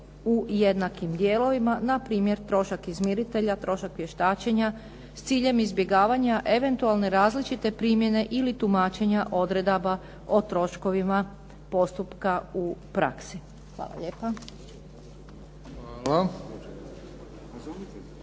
u jednakim dijelovima, na primjer trošak izmiritelja, trošak vještačenja s ciljem izbjegavanja eventualne različite primjene ili tumačenja odredaba o troškovima postupka u praksi. Hvala lijepa.